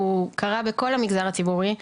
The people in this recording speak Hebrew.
הוא קרה בכל המגזר הציבורי.